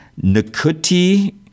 nakuti